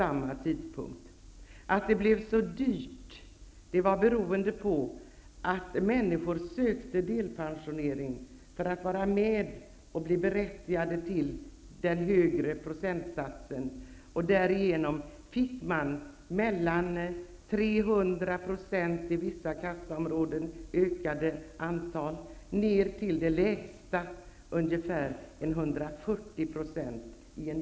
Att det blev så dyrt berodde på att människor sökte delpension för att bli berättigade till den högre procentsatsen. i vissa kassaområden. Den lägsta ökningen i något kassaområde var ungefär 140 %.